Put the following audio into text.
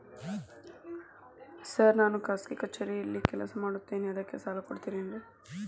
Sir ನಾನು ಖಾಸಗಿ ಕಚೇರಿಯಲ್ಲಿ ಕೆಲಸ ಮಾಡುತ್ತೇನೆ ಅದಕ್ಕೆ ಸಾಲ ಕೊಡ್ತೇರೇನ್ರಿ?